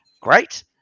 great